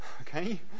Okay